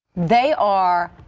they are.